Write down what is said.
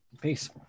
peace